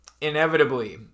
Inevitably